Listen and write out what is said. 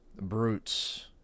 Brutes